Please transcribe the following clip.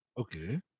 okay